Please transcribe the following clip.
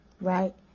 Right